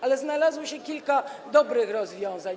Ale znalazło się kilka dobrych rozwiązań.